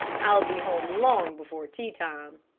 i'll be home long before tea time.